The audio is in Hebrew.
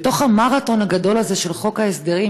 בתוך המרתון הגדול הזה של חוק ההסדרים,